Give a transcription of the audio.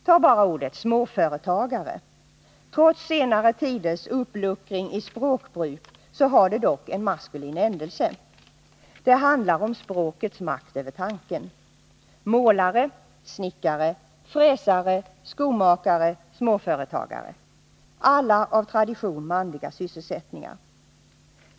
Tag bara ordet småföretagare! Trots senare tiders uppluckring av språkbruket har det dock en maskulin ändelse. Det handlar om språkets makt över tanken. Målare, snickare, fräsare, skomakare, småföretagare — alla av tradition manliga sysselsättningar.